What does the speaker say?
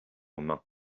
main